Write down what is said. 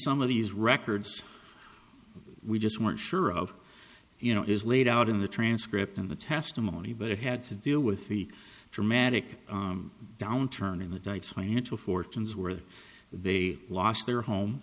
some of these records we just weren't sure of you know is laid out in the transcript in the testimony but it had to deal with the dramatic downturn in the diets financial fortunes were they lost their home